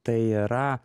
tai yra